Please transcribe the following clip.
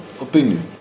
opinion